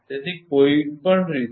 તેથી કોઈપણ રીતે